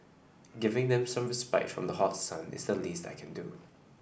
giving them some respite from the hot sun is the least I can do